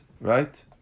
right